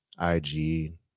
IG